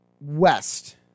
West